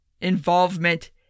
involvement